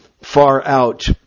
far-out